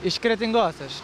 iš kretingos aš